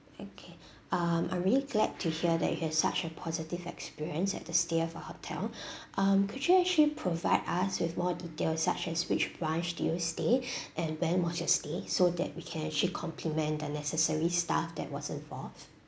okay um I'm really glad to hear that you had such a positive experience at the stay of our hotel um could you actually provide us with more details such as which branch do you stay and when was your stay so that we can actually compliment the necessary staff that was involved